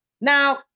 Now